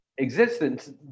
existence